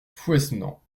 fouesnant